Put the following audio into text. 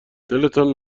دلتان